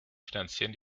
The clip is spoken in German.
finanzieren